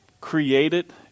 created